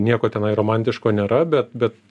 nieko tenai romantiško nėra bet bet